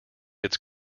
its